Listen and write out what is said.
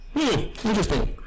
interesting